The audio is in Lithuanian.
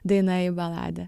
daina į baladę